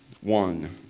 one